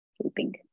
sleeping